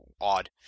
odd